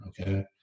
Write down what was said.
okay